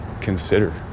consider